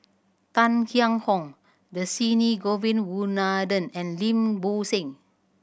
Tang Liang Hong Dhershini Govin Winodan and Lim Bo Seng